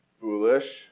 foolish